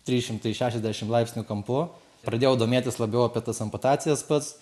trys šimtai šešiasdešim laipsnių kampu pradėjau domėtis labiau apie tas amputacijas pats